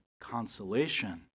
consolation